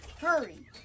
Hurry